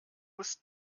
muss